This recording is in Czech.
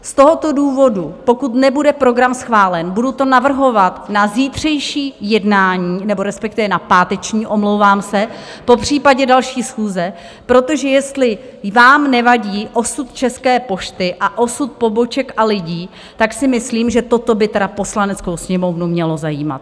Z tohoto důvodu, pokud nebude program schválen, budu to navrhovat na zítřejší jednání, respektive na páteční, omlouvám se, popřípadě další schůze, protože jestli vám nevadí osud České pošty a osud poboček a lidí, tak si myslím, že toto by tedy Poslaneckou sněmovnu mělo zajímat!